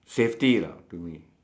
safety lah to me